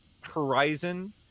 Horizon